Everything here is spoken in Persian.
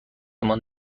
مان